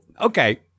okay